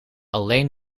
alleen